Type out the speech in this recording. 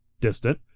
Distant